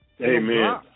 Amen